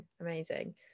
amazing